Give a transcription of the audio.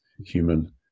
human